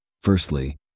Firstly